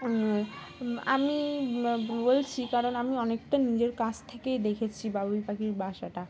আমি বলছি কারণ আমি অনেকটা নিজের কাছ থেকেই দেখেছি বাবুই পাখির বাসাটা